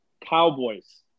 Cowboys